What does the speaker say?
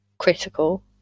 critical